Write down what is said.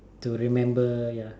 to remember ya